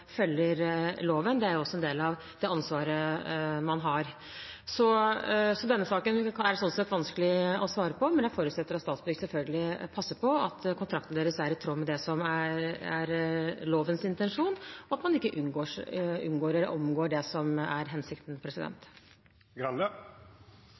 følger loven. Det er en del av det ansvaret man har. Denne saken er vanskelig å svare på, men jeg forutsetter selvfølgelig at Statsbygg passer på at kontraktene deres er i tråd med det som er lovens intensjon, og at man ikke omgår det som er hensikten. I den nevnte proposisjonen står det: «Arbeidsgiver kan videre ansette midlertidig for topper som ikke er